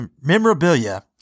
memorabilia